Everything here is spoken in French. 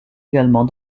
également